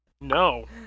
No